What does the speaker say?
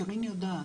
שירין יודעת,